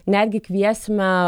netgi kviesime